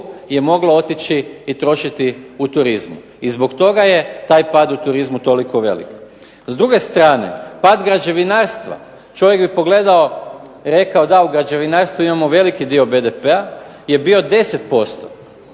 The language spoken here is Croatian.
je moglo otići i trošiti u turizmu. I zbog toga je taj pad u turizmu toliko velik. S druge strane, pad građevinarstva, čovjek bi pogledao i rekao: "da u građevinarstvu imamo veliki dio BDP-a" je bio 10%.